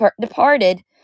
departed